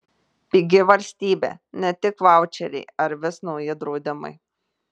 pigi valstybė ne tik vaučeriai ar vis nauji draudimai